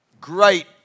Great